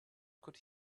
could